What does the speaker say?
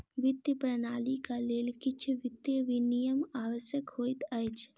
वित्तीय प्रणालीक लेल किछ वित्तीय विनियम आवश्यक होइत अछि